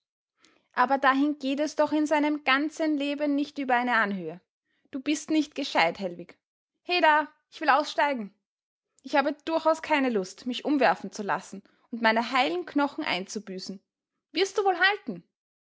aber dahin geht es doch in seinem ganzen leben nicht über eine anhöhe du bist nicht gescheit hellwig heda ich will aussteigen ich habe durchaus keine lust mich umwerfen zu lassen und meine heilen knochen einzubüßen wirst du wohl halten